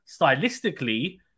stylistically